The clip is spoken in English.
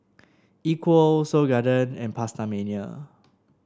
Equal Seoul Garden and PastaMania